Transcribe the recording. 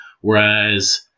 whereas